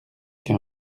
qu’un